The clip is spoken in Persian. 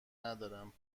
ندارم